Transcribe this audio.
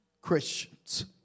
Christians